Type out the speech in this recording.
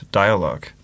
dialogue